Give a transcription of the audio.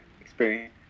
experience